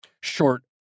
short